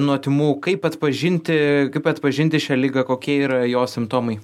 nuo tymų kaip atpažinti kaip atpažinti šią ligą kokie yra jos simptomai